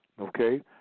Okay